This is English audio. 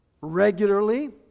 regularly